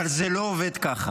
אבל זה לא עובד ככה.